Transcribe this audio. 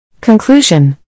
Conclusion